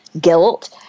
guilt